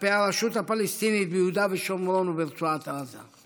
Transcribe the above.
כלפי הרשות הפלסטינית ביהודה ושומרון וברצועת עזה.